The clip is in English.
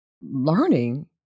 learning